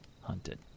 hunted